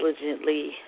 diligently